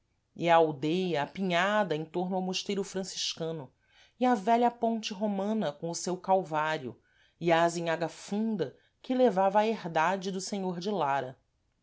e a aldeia apinhada em tôrno ao mosteiro franciscano e a vélha ponte romana com o seu calvário e a azinhaga funda que levava à herdade do senhor de lara